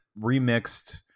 remixed